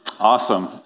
Awesome